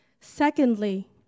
Secondly